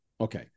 Okay